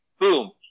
boom